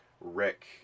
Rick